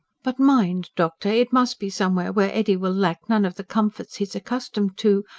but mind, doctor, it must be somewhere where eddy will lack none of the comforts he is accustomed to,